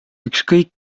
ükskõik